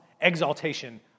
exaltation